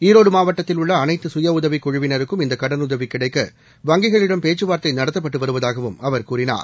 ஈரோடு மாவட்டத்தில் உள்ள அனைத்து சுய உதவிக் குழுவினருக்கும் இந்த ஊழுதவி கிடைக்க வங்கிகளிடம் பேச்சுவார்தை நடத்தப்பட்டு வருவதாகவும் அவர் கூறினார்